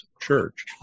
church